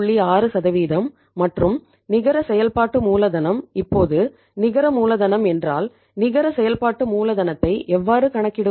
6 மற்றும் நிகர செயல்பாட்டு மூலதனம் இப்போது நிகர மூலதனம் என்றால் நிகர செயல்பாட்டு மூலதனத்தை எவ்வாறு கணக்கிடுவது